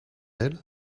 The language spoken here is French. elle